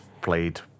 played